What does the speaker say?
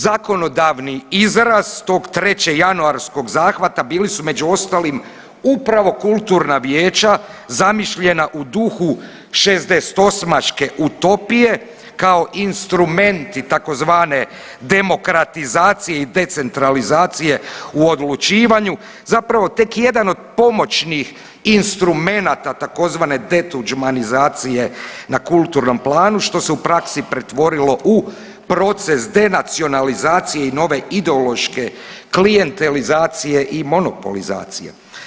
Zakonodavni izraz tog treće januarskog zahvata bili su među ostalim upravo kulturna vijeća zamišljena u duhu šezdesetosmaške utopije kao instrumenti tzv. demokratizacije i decentralizacije u odlučivanju, zapravo tek jedan od pomoćnih instrumenata tzv. detuđmanizacije na kulturnom planu što se u praksi pretvorilo u proces denacionalizacije i nove ideološke klijentelizacije i monopolizacije.